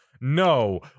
No